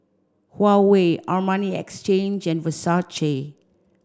Huawei Armani Exchange and Versace